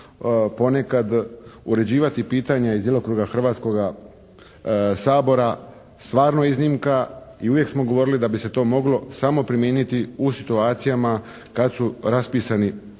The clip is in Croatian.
ponekad uređivati pitanja iz djelokruga Hrvatskoga sabora stvarno iznimka i uvijek smo govorili da bi se to moglo samo primijeniti u situacijama kad su raspisani